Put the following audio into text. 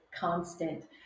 constant